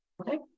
Okay